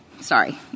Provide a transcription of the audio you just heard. Sorry